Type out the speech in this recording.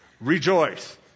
Rejoice